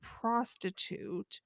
prostitute